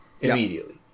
immediately